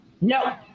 No